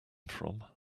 from